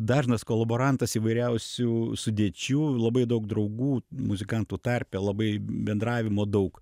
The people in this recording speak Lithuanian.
dažnas kolaborantas įvairiausių sudėčių labai daug draugų muzikantų tarpe labai bendravimo daug